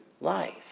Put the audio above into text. life